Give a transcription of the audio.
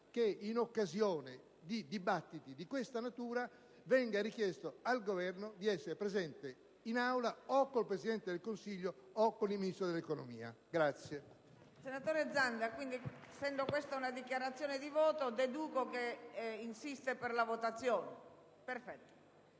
Senatore Zanda, essendo questa una dichiarazione di voto, ne deduco che insiste per la votazione